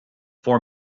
for